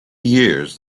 years